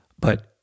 But-